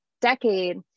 decade